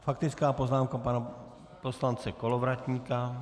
Faktická poznámka pana poslance Kolovratníka.